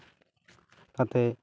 ᱠᱟᱛᱮ